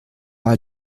mal